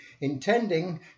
intending